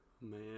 man